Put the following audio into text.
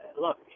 look